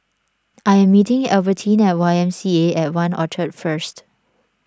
I am meeting Albertine at Y M C A at one Orchard first